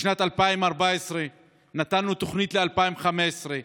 בשנת 2014 נתנו תוכנית ל-2015,